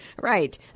Right